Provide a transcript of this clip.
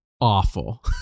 awful